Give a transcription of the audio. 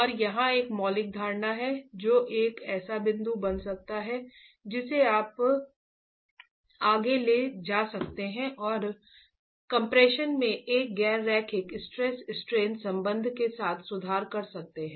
और यहां एक मौलिक धारणा है जो एक ऐसा बिंदु बन सकता है जिसे आप आगे ले जा सकते हैं और कम्प्रेशन में एक गैर रेखीय स्ट्रेस स्ट्रेन संबंध के साथ सुधार कर सकते हैं